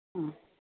ആ